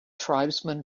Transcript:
tribesmen